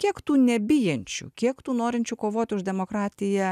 kiek tų nebijančių kiek tų norinčių kovot už demokratiją